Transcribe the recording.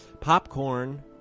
Popcorn